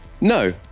No